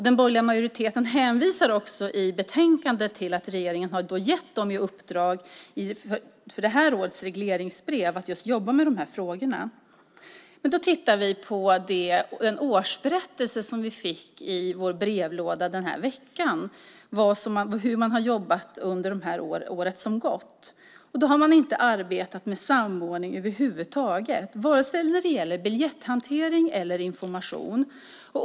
Den borgerliga majoriteten hänvisar i betänkandet till att regeringen i regleringsbrevet för det här året har gett Rikstrafiken i uppdrag att jobba med just de här frågorna. Men i den årsberättelse som vi i veckan fått i våra brevlådor kan vi titta på hur man har jobbat under det år som gått. Man har över huvud taget inte arbetat med samordning vare sig när det gäller biljetthantering eller när det gäller information.